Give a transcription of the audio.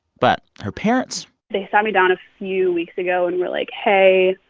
but her parents. they sat me down ah few weeks ago and were like, hey,